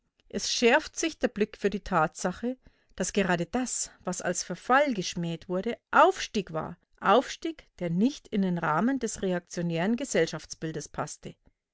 es schärft sich der blick für die tatsache daß gerade das was als verfall geschmäht wurde aufstieg war aufstieg der nicht in den rahmen des reaktionären gesellschaftsbildes paßte